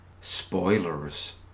spoilers